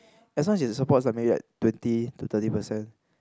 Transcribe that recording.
as long as it supports something like twenty to thirty percent